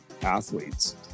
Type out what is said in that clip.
Athletes